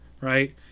right